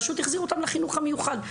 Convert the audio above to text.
פשוט החזירו אותם לחינוך המיוחד.